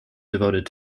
devoted